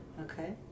Okay